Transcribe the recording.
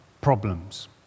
problems